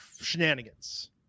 shenanigans